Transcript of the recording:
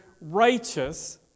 righteous